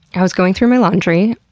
i was going through my laundry,